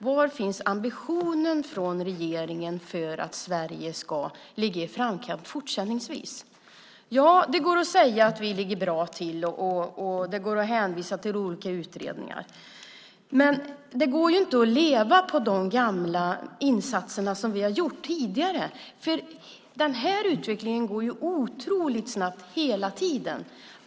Var finns ambitionen från regeringen när det gäller att Sverige ska ligga i framkant fortsättningsvis? Det går att säga att vi ligger bra till och det går att hänvisa till olika utredningar. Men det går inte att leva på de gamla insatser som vi har gjort tidigare, för den här utvecklingen går ju otroligt snabbt hela tiden.